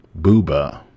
Booba